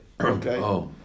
okay